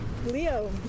Leo